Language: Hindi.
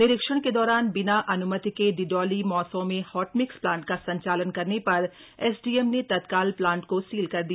निरीक्षण के दौरान बिना अनुमति के डिडोली मार्सौं में हॉटमिक्स प्लांट का संचालन करने पर एसडीएम ने तत्काल प्लांट को सील कर दिया